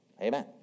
Amen